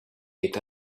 est